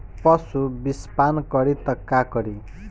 पशु विषपान करी त का करी?